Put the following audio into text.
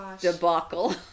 debacle